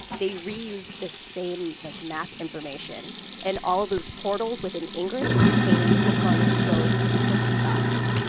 they reused the same like map information and all of those portals within ingress became pokemon go pokestops